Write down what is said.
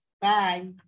Bye